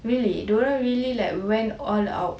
really diorang really like went all out